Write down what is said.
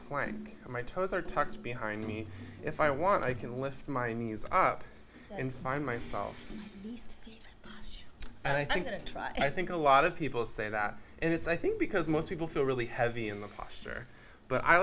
on my toes or tucked behind me if i want i can lift my knees up and find myself and i think that i think a lot of people say that and it's i think because most people feel really heavy in the posture but i